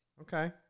Okay